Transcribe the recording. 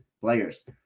players